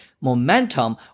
Momentum